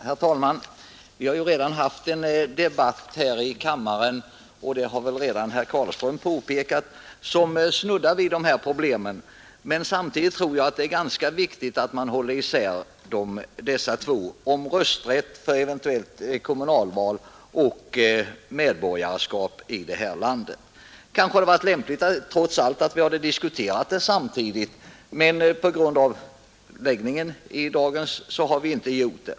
Herr talman! Vi har ju redan här i kammaren — och det har också herr Carlström påpekat — haft en debatt som snuddar vid dessa problem, men samtidigt tror jag att det är ganska viktigt, att man håller isär dessa två frågor om rösträtt vid kommunalval och om medborgarskap i detta land. Kanske hade det trots allt varit lämpligt om vi samtidigt hade diskuterat dessa frågor, men uppläggningen av dagens arbete har inte möjliggjort det.